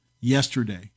yesterday